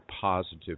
positive